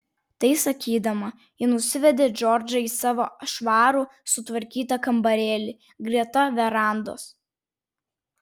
tai sakydama ji nusivedė džordžą į savo švarų sutvarkytą kambarėlį greta verandos